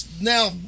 Now